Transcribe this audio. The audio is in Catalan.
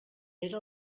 era